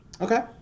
Okay